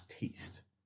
taste